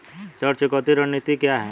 ऋण चुकौती रणनीति क्या है?